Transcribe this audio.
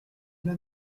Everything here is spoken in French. l’un